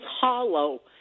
hollow